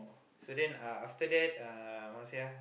so then uh after that uh what I wanna say ah